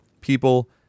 people